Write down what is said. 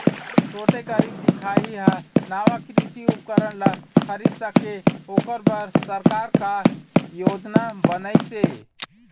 छोटे गरीब दिखाही हा नावा कृषि उपकरण ला खरीद सके ओकर बर सरकार का योजना बनाइसे?